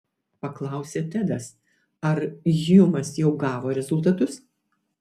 paklausė tedas ar hjumas jau gavo rezultatus